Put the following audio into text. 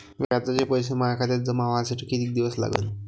व्याजाचे पैसे माया खात्यात जमा व्हासाठी कितीक दिवस लागन?